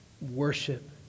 worship